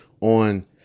on